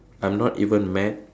I'm not even mad